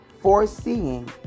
foreseeing